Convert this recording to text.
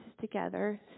together